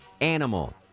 Animal